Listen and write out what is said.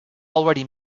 already